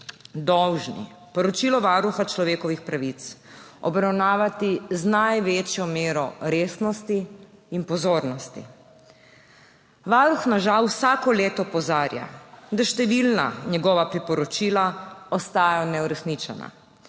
dolžni poročilo Varuha človekovih pravic obravnavati z največjo mero resnosti in pozornosti. Varuh nas žal vsako leto opozarja, da številna njegova priporočila ostajajo neuresničena.